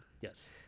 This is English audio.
Yes